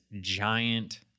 giant